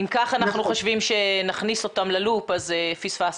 אם כך אנחנו חושבים שנכניס אותם ללופ, אז פספסנו.